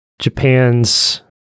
Japan's